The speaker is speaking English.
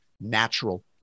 natural